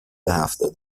هفتاد